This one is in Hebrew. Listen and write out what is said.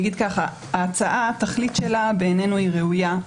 ההצעה, התכלית שלה בעינינו ראויה.